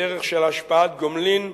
בדרך של השפעת גומלין,